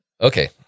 Okay